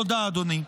תודה, אדוני.